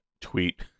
tweet